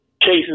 cases